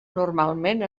normalment